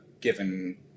given